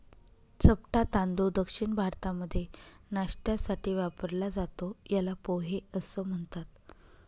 चपटा तांदूळ दक्षिण भारतामध्ये नाष्ट्यासाठी वापरला जातो, याला पोहे असं म्हणतात